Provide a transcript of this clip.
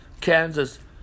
Kansas